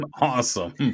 awesome